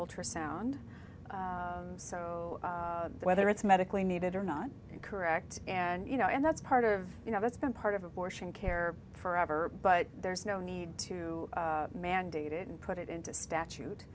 ultrasound so whether it's medically needed or not correct and you know and that's part of you know that's been part of abortion care forever but there's no need to mandated and put it into statute